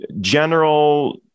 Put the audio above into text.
General